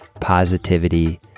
positivity